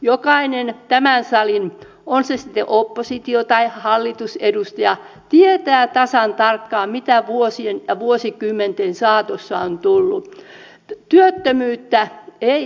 jokainen tässä salissa on hän sitten opposition tai hallituksen edustaja tietää tasan tarkkaan mitä vuosien ja vuosikymmenten saatossa on tullut